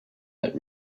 that